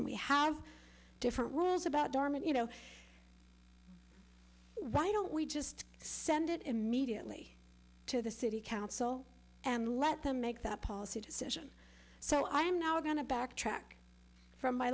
and we have different rules about doormen you know why don't we just send it immediately to the city council and let them make that policy decision so i am now going to backtrack from my